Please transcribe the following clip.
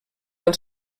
del